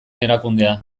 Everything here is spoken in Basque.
erakundea